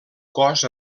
cos